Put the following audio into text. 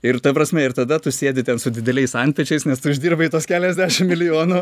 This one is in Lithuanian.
ir ta prasme ir tada tu sėdi ten su dideliais antpečiais nes tu uždirbai tuos keliasdešim milijonų